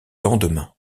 lendemain